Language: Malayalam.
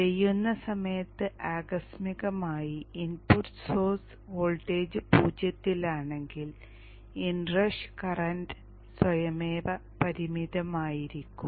ചെയ്യുന്ന സമയത്ത് ആകസ്മികമായി ഇൻപുട്ട് സോഴ്സ് വോൾട്ടേജ് പൂജ്യത്തിലാണെങ്കിൽ ഇൻ റഷ് കറന്റ് സ്വയമേവ പരിമിതമായിരിക്കും